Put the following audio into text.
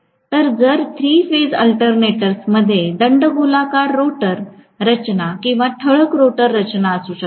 तर जर three phase अल्टरनेटर्समध्ये दंडगोलाकार रोटर रचना किंवा ठळक रोटर रचना असू शकते